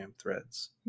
threads